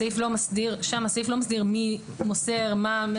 הסעיף לא מסדיר מי מוסר מה.